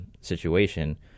situation